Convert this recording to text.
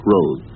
Road